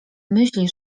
myśli